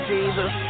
Jesus